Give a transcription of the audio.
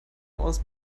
aus